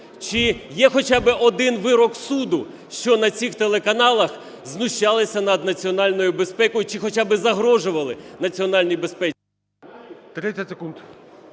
чи є хоча би один вирок суду, що на цих телеканалах знущались над національною безпекою чи хоча би загрожували національній безпеці?